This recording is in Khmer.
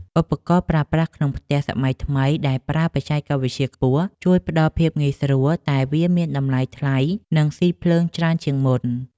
ឧបករណ៍ប្រើប្រាស់ក្នុងផ្ទះសម័យថ្មីដែលប្រើបច្ចេកវិទ្យាខ្ពស់ ជួយផ្ដល់ភាពងាយស្រួលតែវាមានតម្លៃថ្លៃនិងស៊ីភ្លើងច្រើនជាងមុន។